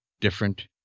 different